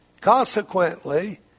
Consequently